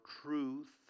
truth